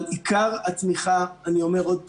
אבל עיקר הצמיחה, אני אומר עוד פעם,